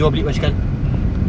mm